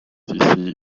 ici